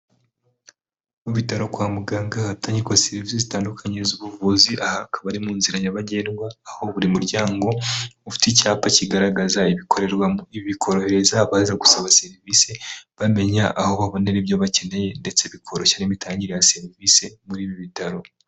Mu bitaro kwa muganga hatangirwa serivisi zitandukanye z'ubuvuzi aha akaba ari mu nzira nyabagendwa aho buri muryango ufite icyapa kigaragaza ibikorerwamo ibi bikorohereza abaza gusaba serivisi bamenya aho babonera ibyo bakeneye ndetse bikoroshya n'imitangire ya serivisi muri ibi bitaro.